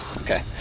Okay